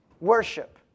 worship